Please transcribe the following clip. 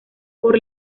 por